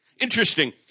Interesting